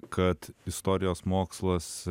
kad istorijos mokslas